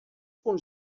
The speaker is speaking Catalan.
punts